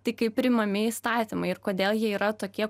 tai kai priimami įstatymai ir kodėl jie yra tokie